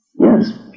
Yes